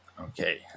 Okay